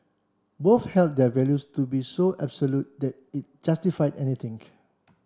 both held their values to be so absolute that it justified